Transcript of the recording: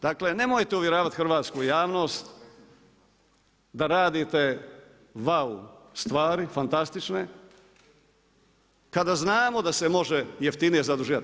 Dakle nemojte uvjeravati hrvatsku javnost da radite vau stvari, fantastične, kada znamo da se može jeftinije zaduživati.